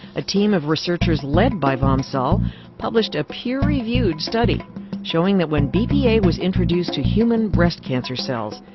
a team of researchers led by vom saal published a peer reviewed study showing that when bpa was introduced to human breast cancer cells,